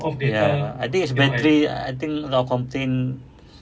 ya I think it's battery I think a lot complain